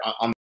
on